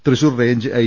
Thrissur range I